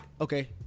okay